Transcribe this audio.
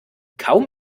kaum